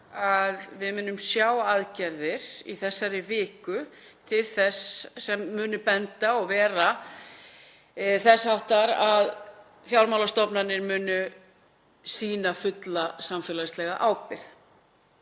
að við munum sjá aðgerðir í þessari viku sem munu benda til þess og vera þess háttar að fjármálastofnanir munu sýna fulla samfélagslega ábyrgð.